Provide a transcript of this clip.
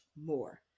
more